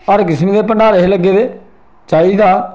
हर किसम दे भंडारे हे लग्गे दे चाही दा